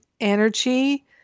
energy